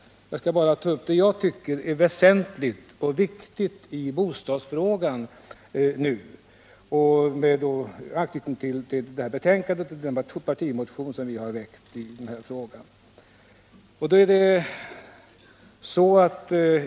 Jag skall nu bara ta upp det jag tycker är väsentligt och viktigt i bostadsfrågan med anknytning till det här betänkandet och till den partimotion som vi har väckt i denna fråga.